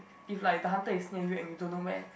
if like the hunter is near you and you don't know where